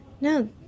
no